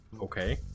Okay